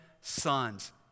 sons